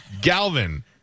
Galvin